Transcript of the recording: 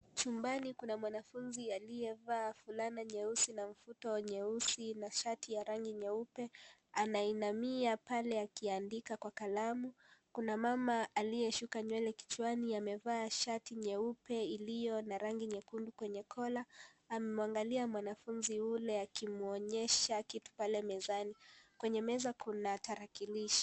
Chumbani Kuna mwanafumzi aliyevaa fulana nyeusi na mfuta nyeusi na shati ya rangi nyeupe, ananiamia pale akiandika kwa kalamu. Kuna mama aliyeshuka nywele kichwani amevaa shati nyeupe iliyo na rangi nyekundu kwenye kola , amemwangalia mwanafumzi ule akimwonyesha kitu pale mezani. Kwenye meza kuna tarakilishi.